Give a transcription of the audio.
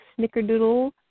Snickerdoodle